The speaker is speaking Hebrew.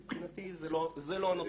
מבחינתי זה לא הנושא.